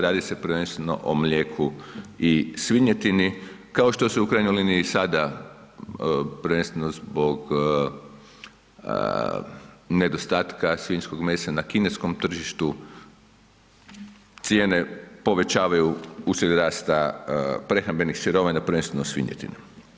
Radi se prvenstveno o mlijeku i svinjetini, kao što se u krajnjoj liniji i sada prvenstveno zbog nedostatka svinjskog mesa na kineskom tržištu cijene povećavaju uslijed rasta prehrambenih sirovina prvenstveno svinjetine.